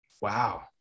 Wow